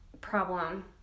problem